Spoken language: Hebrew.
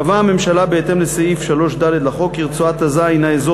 קבעה הממשלה בהתאם לסעיף 3ד לחוק כי רצועת-עזה הנה אזור